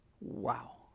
wow